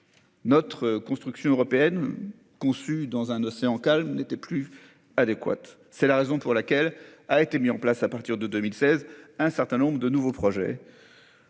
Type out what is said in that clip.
Notre construction européenne conçue dans un océan calme n'était plus adéquate. C'est la raison pour laquelle a été mis en place à partir de 2016 un certain nombre de nouveaux projets.